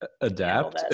adapt